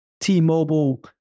T-Mobile